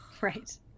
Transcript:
Right